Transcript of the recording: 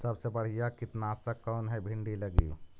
सबसे बढ़िया कित्नासक कौन है भिन्डी लगी?